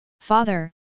Father